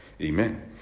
Amen